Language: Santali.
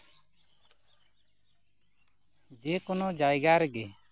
ᱡᱮᱠᱳᱱᱳ ᱡᱟᱭᱜᱟ ᱨᱮᱜᱮ